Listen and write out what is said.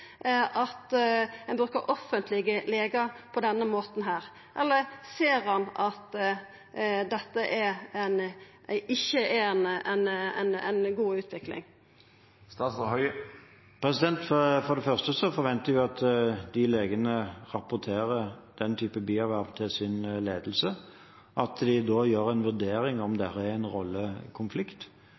at ein bruker offentlege legar på denne måten, eller ser han at dette ikkje er ei god utvikling? For det første forventer jeg at legene rapporterer den type bierverv til sin ledelse, at de da gjør en vurdering av om det er